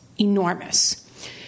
enormous